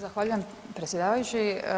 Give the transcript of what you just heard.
Zahvaljujem predsjedavajući.